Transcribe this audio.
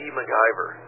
MacGyver